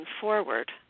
forward